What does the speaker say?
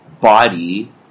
Body